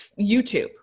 YouTube